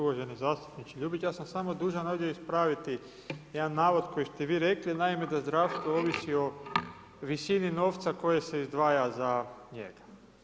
Uvaženi zastupniče Ljubić, ja sam samo dužan ovdje ispraviti jedan navod koji ste vi rekli, naime da zdravstvo ovisi o visini novca koje se izdvaja za njega.